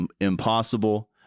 impossible